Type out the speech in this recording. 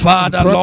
Father